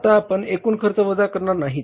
आता आपण एकूण खर्च वजा करणार नाहीत